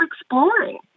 exploring